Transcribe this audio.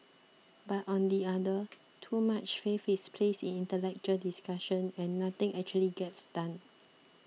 but on the other too much faith is placed intellectual discussion and nothing actually gets done